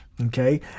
Okay